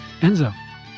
Enzo